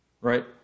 right